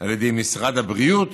על ידי משרד הבריאות